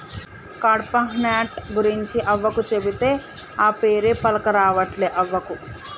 కడ్పాహ్నట్ గురించి అవ్వకు చెబితే, ఆ పేరే పల్కరావట్లే అవ్వకు